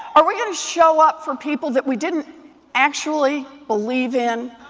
are we going to show up for people that we didn't actually believe in,